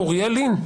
אוריאל לין.